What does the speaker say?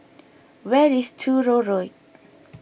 where is Truro Road